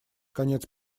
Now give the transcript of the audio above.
конец